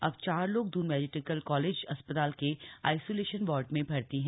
अब चार लोग दुन मेडिकल कॉलेज अस्पताल के आइसोलेशन वार्ड में भर्ती हैं